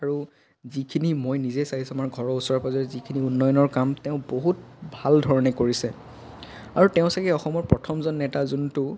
আৰু যিখিনি মই নিজে চাইছোঁ আমাৰ ঘৰৰ ওচৰে পাঁজৰে যিখিনি উন্নয়নৰ কাম তেওঁ বহুত ভাল ধৰণে কৰিছে আৰু তেওঁ চাগৈ অসমৰ প্ৰথমজন নেতা যোনটো